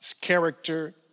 character